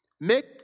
Make